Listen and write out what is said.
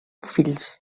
fills